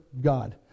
God